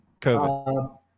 COVID